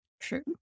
True